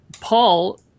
Paul